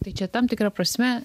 tai čia tam tikra prasme